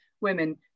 Women